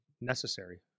necessary